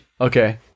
Okay